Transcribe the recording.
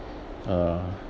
uh